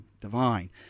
divine